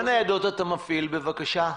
כמה ניידות אתה מפעיל, בבקשה?